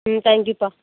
ம் thank you ப்பா